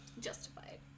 justified